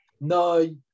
no